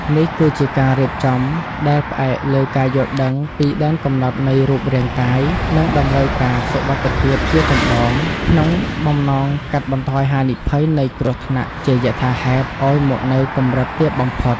នេះគឺជាការរៀបចំដែលផ្អែកលើការយល់ដឹងពីដែនកំណត់នៃរូបរាងកាយ និងតម្រូវការសុវត្ថិភាពជាចម្បង ក្នុងបំណងកាត់បន្ថយហានិភ័យនៃគ្រោះថ្នាក់ជាយថាហេតុឱ្យមកនៅកម្រិតទាបបំផុត។